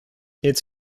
its